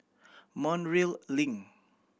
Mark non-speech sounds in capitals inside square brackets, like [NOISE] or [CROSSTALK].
[UNINTELLIGIBLE] Link